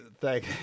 Thank